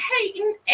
hating